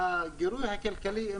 והגירוי הכלכלי,